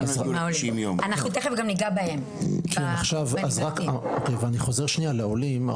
אני חוזר לעולים.